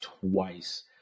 twice